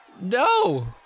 No